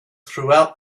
throughout